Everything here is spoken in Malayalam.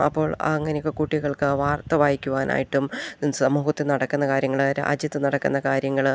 അപ്പോൾ അങ്ങനെയൊക്കെ കുട്ടികൾക്ക് വാർത്ത വായിക്കുവാനായിട്ടും സമൂഹത്തിൽ നടക്കുന്ന കാര്യങ്ങൾ രാജ്യത്ത് നടക്കുന്ന കാര്യങ്ങൾ